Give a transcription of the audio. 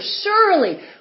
Surely